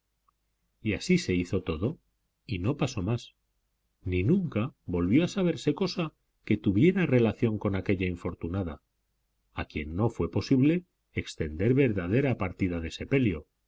y así se hizo todo y no pasó más ni nunca volvió a saberse cosa que tuviera relación con aquella infortunada a quien no fue posible extender verdadera partida de sepelio